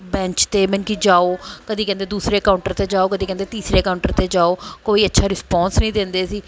bench 'ਤੇ ਮਤਲਬ ਕਿ ਜਾਓ ਕਦੇ ਕਹਿੰਦੇ ਦੂਸਰੇ ਕਾਊਂਟਰ 'ਤੇ ਜਾਓ ਕਦੇ ਕਹਿੰਦੇ ਤੀਸਰੇ ਕਾਊਂਟਰ 'ਤੇ ਜਾਓ ਕੋਈ ਅੱਛਾ ਰਿਸਪੋਂਸ ਨਹੀਂ ਦਿੰਦੇ ਸੀ